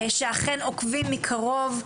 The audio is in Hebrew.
שאכן עוקבים מקרוב,